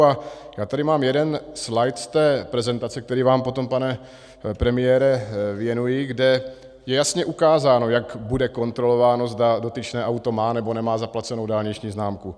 A já tady mám jeden slajd z té prezentace, který vám potom, pane premiére, věnuji, kde je jasně ukázáno, jak bude kontrolováno, zda dotyčné auto má, nebo nemá zaplacenou dálniční známku.